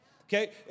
okay